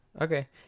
Okay